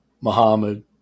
Muhammad